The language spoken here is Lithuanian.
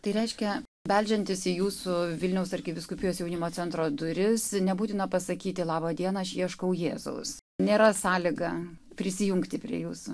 tai reiškia beldžiantis į jūsų vilniaus arkivyskupijos jaunimo centro duris nebūtina pasakyti laba diena aš ieškau jėzaus nėra sąlyga prisijungti prie jūsų